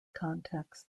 context